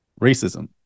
Racism